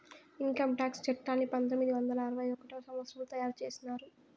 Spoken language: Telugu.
ఇన్కంటాక్స్ చట్టాన్ని పంతొమ్మిది వందల అరవై ఒకటవ సంవచ్చరంలో తయారు చేసినారు